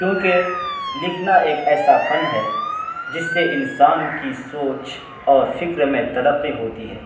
کیونکہ لکھنا ایک ایسا فن ہے جس سے انسان کی سوچ اور فکر میں ترقی ہوتی ہے